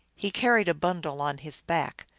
he carried a bundle on his back.